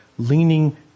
leaning